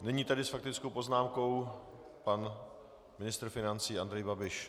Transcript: Nyní tedy s faktickou poznámkou pan ministr financí Andrej Babiš.